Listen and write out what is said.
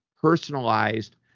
personalized